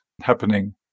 happening